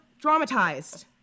dramatized